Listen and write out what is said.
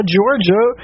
Georgia